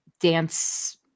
Dance